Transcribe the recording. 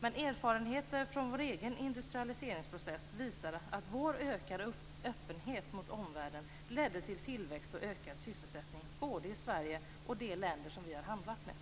Men erfarenheterna från vår egen industrialiseringsprocess visar att vår ökade öppenhet mot omvärlden ledde till tillväxt och ökad sysselsättning både i Sverige och de länder vi har handlat med.